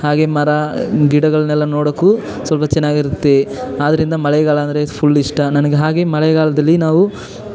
ಹಾಗೆಯೇ ಮರ ಗಿಡಗಳನ್ನೆಲ್ಲ ನೋಡೋಕ್ಕೂ ಸ್ವಲ್ಪ ಚೆನ್ನಾಗಿರುತ್ತೆ ಆದರಿಂದ ಮಳೆಗಾಲ ಅಂದರೆ ಫುಲ್ ಇಷ್ಟ ನನಗೆ ಹಾಗೆ ಮಳೆಗಾಲದಲ್ಲಿ ನಾವು